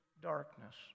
darkness